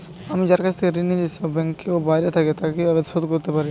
আমি যার থেকে ঋণ নিয়েছে সে অন্য ব্যাংকে ও বাইরে থাকে, তাকে কীভাবে শোধ করতে পারি?